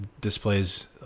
displays